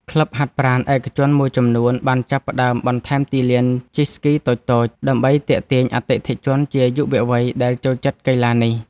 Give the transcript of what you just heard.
ក្លឹបហាត់ប្រាណឯកជនមួយចំនួន បានចាប់ផ្ដើមបន្ថែមទីលានជិះស្គីតូចៗ ដើម្បីទាក់ទាញអតិថិជនជាយុវវ័យដែលចូលចិត្តកីឡានេះ។